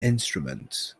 instruments